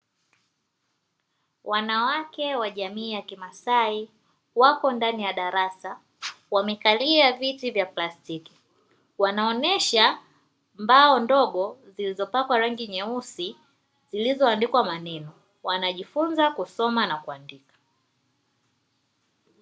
Wanawake wa jamii ya kimasai, wapo ndani ya darasa wamekalia viti vya plastiki, wanaonesha mbao ndogo zilizopakwa rangi nyeusi, zilizoandikwa maneno. Wanajifunza kusoma na kuandika.